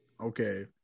okay